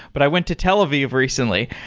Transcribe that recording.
but i went to tel aviv recently,